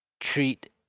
treat